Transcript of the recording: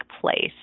place